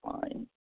fine